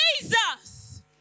Jesus